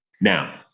Now